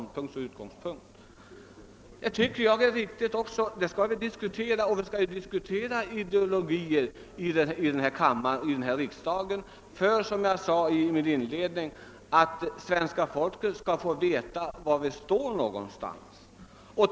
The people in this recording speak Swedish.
Det är en riktig ståndpunkt; vi skall diskutera ideologier här i riksdagen för att — som jag sade i mitt inledningsanförande — svenska folket skall få veta var vi står någonstans.